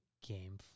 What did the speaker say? game